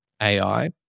AI